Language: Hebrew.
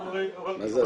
אוקיי.